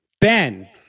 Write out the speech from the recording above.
Ben